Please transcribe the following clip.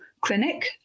clinic